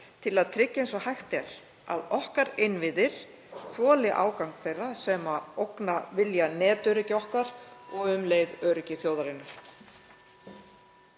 til að tryggja eins og hægt er að innviðir okkar þoli ágang þeirra sem ógna vilja netöryggi okkar og um leið öryggi þjóðarinnar.